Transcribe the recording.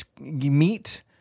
meet